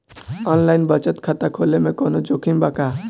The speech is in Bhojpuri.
आनलाइन बचत खाता खोले में कवनो जोखिम बा का?